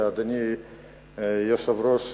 אדוני יושב-ראש